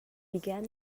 began